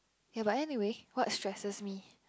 ya but anyway what stresses me